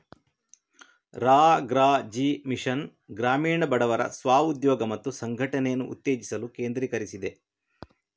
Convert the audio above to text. ರಾ.ಗ್ರಾ.ಜೀ mission ಗ್ರಾಮೀಣ ಬಡವರ ಸ್ವ ಉದ್ಯೋಗ ಮತ್ತು ಸಂಘಟನೆಯನ್ನು ಉತ್ತೇಜಿಸಲು ಕೇಂದ್ರೀಕರಿಸಿದೆ